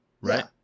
Right